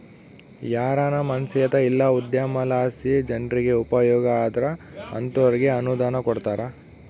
ಯಾರಾನ ಮನ್ಸೇತ ಇಲ್ಲ ಉದ್ಯಮಲಾಸಿ ಜನ್ರಿಗೆ ಉಪಯೋಗ ಆದ್ರ ಅಂತೋರ್ಗೆ ಅನುದಾನ ಕೊಡ್ತಾರ